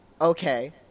okay